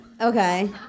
Okay